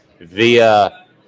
via